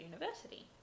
University